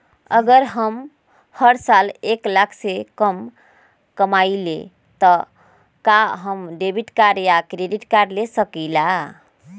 अगर हम हर साल एक लाख से कम कमावईले त का हम डेबिट कार्ड या क्रेडिट कार्ड ले सकीला?